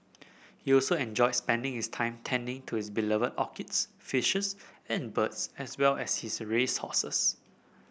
he also enjoyed spending his time tending to his beloved orchids fishes and birds as well as his race horses